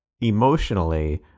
emotionally